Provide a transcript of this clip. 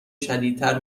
شدیدتر